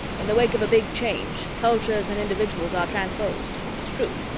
in the wake of a big change, cultures and individuals are transposed, it's true,